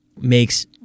makes